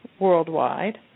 worldwide